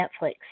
Netflix